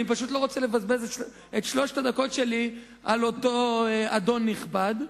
ואני פשוט לא רוצה לבזבז את שלוש הדקות שלי על אותו אדון נכבד.